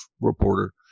reporter